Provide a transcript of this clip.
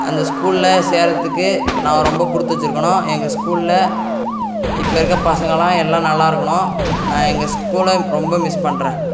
அந்த ஸ்கூலில் சேரத்துக்கு நான் ரொம்ப கொடுத்து வச்சிருக்கனும் எங்கள் ஸ்கூலில் இப்போ இருக்க பசங்கள்லாம் எல்லாம் நல்லா இருக்கணும் நான் எங்கள் ஸ்கூலை ரொம்ப மிஸ் பண்ணுறேன்